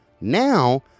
now